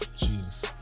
Jesus